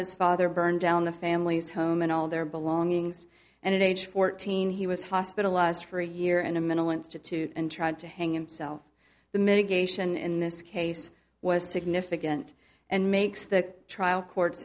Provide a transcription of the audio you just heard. his father burned down the family's home and all their belongings and in age fourteen he was hospitalized for a year and a mental institute and tried to hang himself the mitigation in this case was significant and makes the trial court